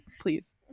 please